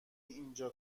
اینجا